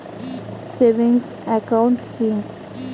Savings account কি?